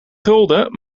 gulden